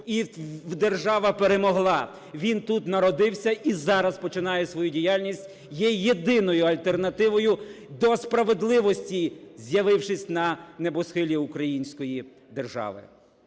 І держава перемогла. Він тут народився і зараз починає свою діяльність, є єдиною альтернативою до справедливості з'явившись на небосхилі української держави.